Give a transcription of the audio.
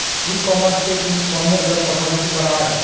ই commerce এ কি পণ্যের দর কশাকশি করা য়ায়?